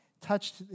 touched